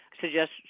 suggest